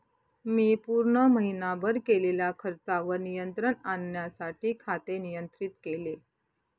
मी पूर्ण महीनाभर केलेल्या खर्चावर नियंत्रण आणण्यासाठी खाते नियंत्रित केले